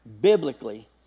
biblically